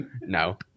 no